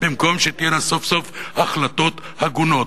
במקום שתהיינה סוף-סוף החלטות הגונות?